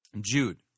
Jude